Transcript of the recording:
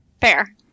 Fair